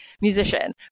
musician